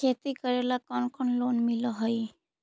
खेती करेला कौन कौन लोन मिल हइ?